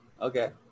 Okay